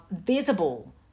visible